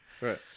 Right